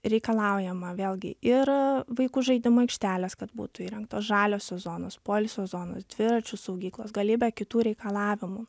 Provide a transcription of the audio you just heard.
reikalaujama vėlgi ir vaikų žaidimų aikštelės kad būtų įrengtos žaliosios zonos poilsio zonos dviračių saugyklos galybė kitų reikalavimų